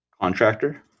Contractor